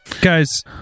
guys